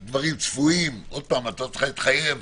את לא צריכה להתחייב,